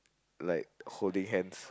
like holding hands